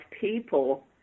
people